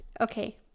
okay